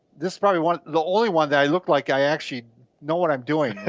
this is probably one, the only one that i look like i actually know what i'm doing,